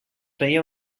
feia